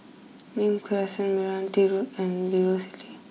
Nim Crescent Meranti Road and VivoCity